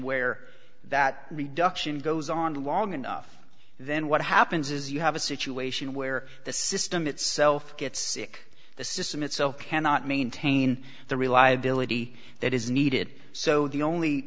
where that reduction goes on long enough then what happens is you have a situation where the system itself gets sick the system itself cannot maintain the reliability that is needed so the only